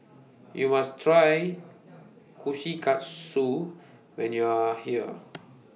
YOU must Try Kushikatsu when YOU Are here